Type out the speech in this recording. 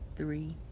three